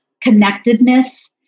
connectedness